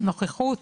הנוכחות